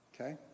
Okay